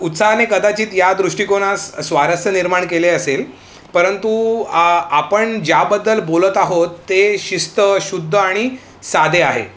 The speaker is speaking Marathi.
उत्साहाने कदाचित या दृष्टिकोनास स्वारस्य निर्माण केले असेल परंतु आ आपण ज्याबद्दल बोलत आहोत ते शिस्तशुद्ध आणि साधे आहे